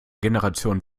generation